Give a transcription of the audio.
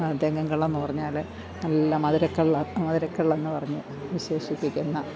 തെങ്ങിൻ കള്ളെന്നു പറഞ്ഞാല് നല്ല മധുരക്കള്ള് മധുരക്കള്ളെന്നു പറഞ്ഞു വിശേഷിപ്പിക്കുന്ന